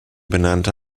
benannte